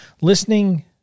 listening